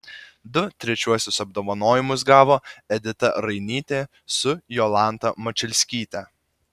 du trečiuosius apdovanojimus gavo edita rainytė su jolanta mačiulskyte